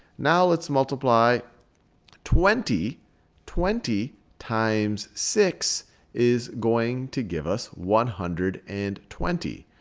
now let's multiply twenty twenty times six is going to give us one hundred and twenty.